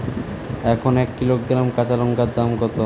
এখন এক কিলোগ্রাম কাঁচা লঙ্কার দাম কত?